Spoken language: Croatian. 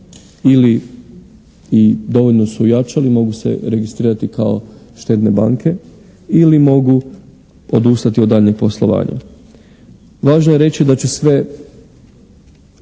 ili dovoljno su ojačali mogu se registrirati kao štedne banke ili mogu odustati od daljnjeg poslovanja. Važno je reći da će sve